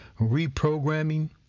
reprogramming